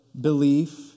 belief